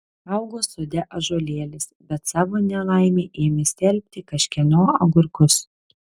augo sode ąžuolėlis bet savo nelaimei ėmė stelbti kažkieno agurkus